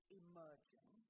emerging